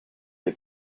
est